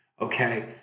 okay